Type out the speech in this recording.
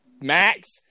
max